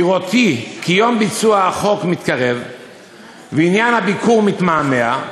בראותי כי יום ביצוע החוק מתקרב ועניין הביקור מתמהמה,